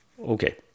Okay